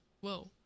whoa